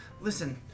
Listen